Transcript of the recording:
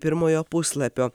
pirmojo puslapio